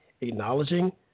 acknowledging